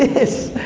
is,